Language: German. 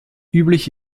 üblich